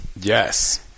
yes